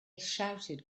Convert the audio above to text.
shouted